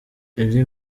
elie